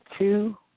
Two